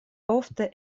ofte